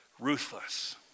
ruthless